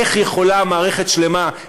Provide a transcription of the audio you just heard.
איך יכולה מערכת שלמה,